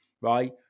right